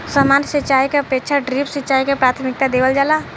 सामान्य सिंचाई के अपेक्षा ड्रिप सिंचाई के प्राथमिकता देवल जाला